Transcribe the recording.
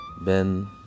Ben